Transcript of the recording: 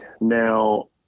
Now